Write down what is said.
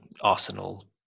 Arsenal